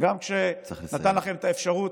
צריך לסיים.